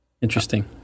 Interesting